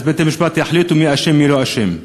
אז בתי-המשפט יחליטו מי אשם ומי לא אשם.